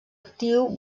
actiu